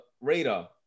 radar